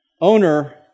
owner